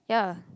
ya